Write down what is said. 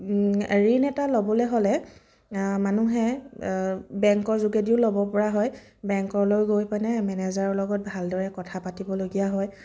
ঋণ এটা ল'বলৈ হ'লে মানুহে বেংকৰ যোগেদিও ল'ব পৰা হয় বেংকলৈ গৈপেনে মেনেজাৰৰ লগত ভালদৰে কথা পাতিবলগীয়া হয়